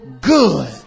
good